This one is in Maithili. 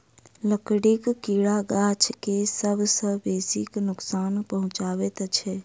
लकड़ीक कीड़ा गाछ के सभ सॅ बेसी क नोकसान पहुचाबैत छै